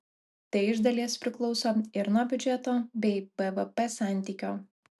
tai iš dalies priklauso ir nuo biudžeto bei bvp santykio